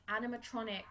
animatronic